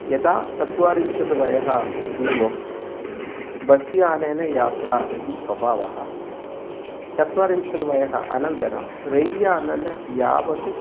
यदा चत्वारिंशद्वयः पूर्वं बस्यानेन यात्रा इति स्वभावः चत्वारिंशद् वयः अनन्तरं रैल्यानेन यावत्